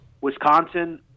Wisconsin